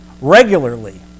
regularly